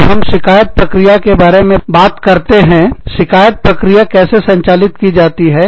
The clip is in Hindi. जब हम शिकायत प्रक्रिया के बारे में बात करते हैं शिकायत प्रक्रिया कैसे संचालित की जाती है